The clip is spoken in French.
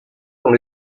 dans